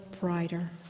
brighter